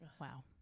Wow